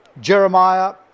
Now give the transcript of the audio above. Jeremiah